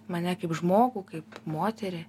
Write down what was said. mane kaip žmogų kaip moterį